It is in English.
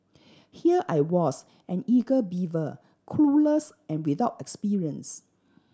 here I was an eager beaver clueless and without experience